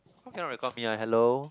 why cannot record me ah hello